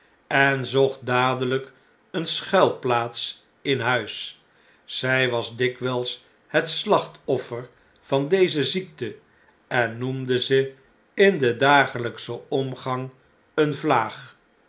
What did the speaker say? en zocht dadeljjkeene schuilplaats in huis zy was dikwn'ls het slachtoffer van deze ziekte en noemde ze in den dagelijkschen omgang eene vlaag